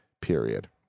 period